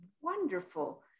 wonderful